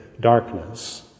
darkness